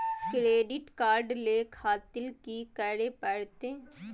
Credit card ले खातिर की करें परतें?